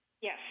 Yes